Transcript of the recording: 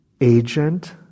agent